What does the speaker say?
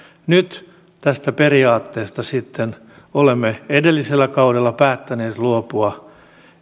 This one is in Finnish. nyt tästä periaatteesta sitten olemme edellisellä kaudella päättäneet luopua